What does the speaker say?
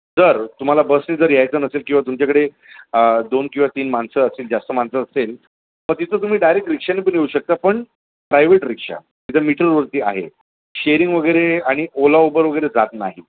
जर तुम्हाला बसने जर यायचं नसेल किंवा तुमच्याकडे दोन किंवा तीन माणसं असतील जास्त माणसं असेल तर तिथं तुम्ही डायरेक रिक्षाने पण येऊ शकता पण प्रायवेट रिक्षा तिथं मिटरवरती आहे शेअरिंग वगैरे आणि ओला उबर वगैरे जात नाही